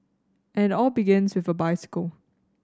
and all begins with a bicycle